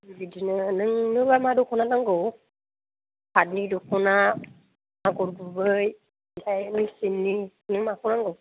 बिदिनो नोंनो मा मा दख'ना नांगौ पाथनि दख'ना आगर गुबै आमफ्रा मिशिननि नोंनो माखौ नांगौ